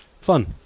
Fun